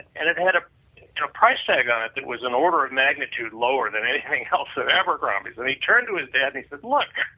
and it had a price tag on it that was in order of magnitude lower than anything else at abercrombie. then he turned to his dad and he says look,